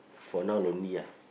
for now lonely ah